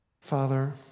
Father